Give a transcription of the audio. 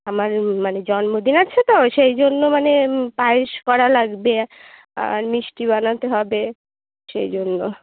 আমার মানে জন্মদিন আছে তো সেই জন্য মানে পায়েস করা লাগবে আর মিষ্টি বানাতে হবে সেই জন্য